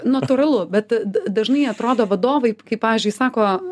natūralu bet da dažnai atrodo vadovai kaip pavyzdžiui sako